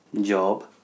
job